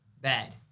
bad